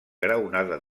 graonada